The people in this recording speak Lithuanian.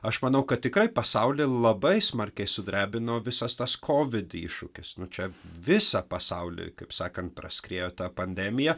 aš manau kad tikrai pasaulį labai smarkiai sudrebino visas tos kovid iššūkius nu čia visą pasaulį kaip sakant praskriejo ta pandemija